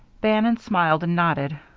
bannon smiled and nodded.